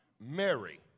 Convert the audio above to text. Mary